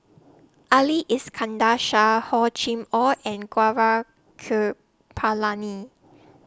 Ali Iskandar Shah Hor Chim Or and Gaurav Kripalani